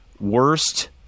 worst